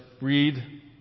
read